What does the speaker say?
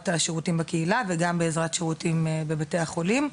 השירותים בקהילה וגם בעזרת שירותים בבתי החולים.